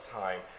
time